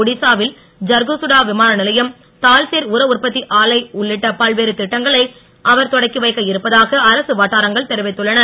ஒடிசாவில் ஜர்சுகுடா விமானநிலையம் தால்சேர் உரஉற்பத்தி ஆலை உள்ளிட்ட பல்வேறு திட்டங்களை அவர் தொடக்கி வைக்க இருப்பதாக அரசு வட்டாரங்கள் தெரிவித்துள்ளன